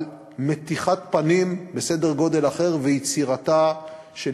על מתיחת פנים בסדר גודל אחר ויצירתה של